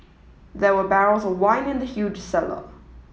there were barrels of wine in the huge cellar